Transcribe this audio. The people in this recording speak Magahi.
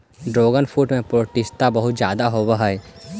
ड्रैगनफ्रूट में पौष्टिकता बहुत ज्यादा होवऽ हइ